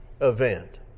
event